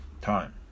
time